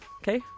okay